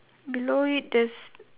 below it there's